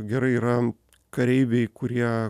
gerai yra kareiviai kurie